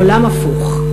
עולם הפוך.